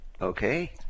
Okay